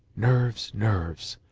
nerves, nerves!